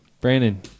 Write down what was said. Brandon